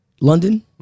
London